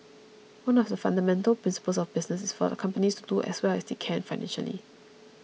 one of the fundamental principles of business is for companies to do as well as they can financially